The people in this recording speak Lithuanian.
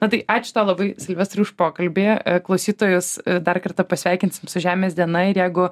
na tai ačiū labai silvestrai už pokalbį klausytojus dar kartą pasveikinsim su žemės diena ir jeigu